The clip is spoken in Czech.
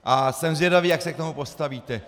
A jsem zvědav, jak se k tomu postavíte.